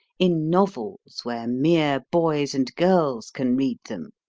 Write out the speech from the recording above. in novels where mere boys and girls can read them?